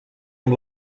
amb